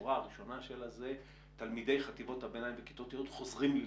השורה הראשונה שלה זה תלמידי חטיבות הביניים וכיתות י' חוזרים ללמוד.